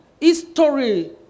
history